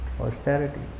austerity